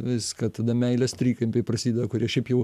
viską tada meilės trikampiai prasideda kurie šiaip jau